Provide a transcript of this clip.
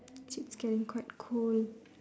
think it's getting quite cold